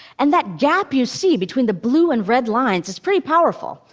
and that gap you see between the blue and red lines is pretty powerful.